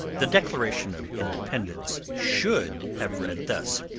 the declaration of independence should have read thus